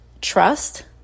trust